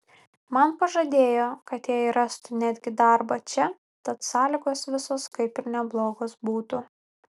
man pažadėjo kad jai rastų netgi darbą čia tad sąlygos visos kaip ir neblogos būtų